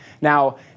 Now